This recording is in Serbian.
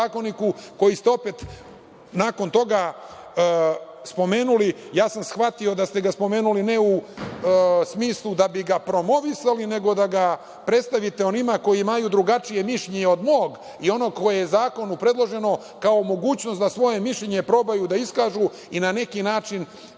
koji ste opet nakon toga spomenuli, ja sam shvatio da ste ga spomenuli ne u smislu da bi ga promovisali, nego da ga predstavite onima koji imaju drugačije mišljenje od mog i onog koje je u zakonu predloženo kao mogućnost da svoje mišljenje probaju da iskažu i na neki način